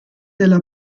della